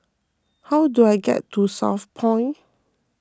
how do I get to Southpoint